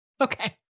okay